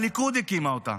הליכוד הקימה אותה,